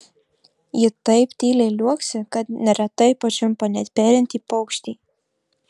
ji taip tyliai liuoksi kad neretai pačiumpa net perintį paukštį